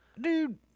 dude